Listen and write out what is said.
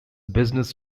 business